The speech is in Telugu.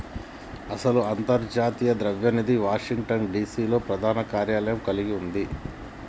అసలు అంతర్జాతీయ ద్రవ్య నిధి వాషింగ్టన్ డిసి లో ప్రధాన కార్యాలయం కలిగి ఉంది